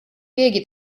keegi